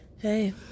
Hey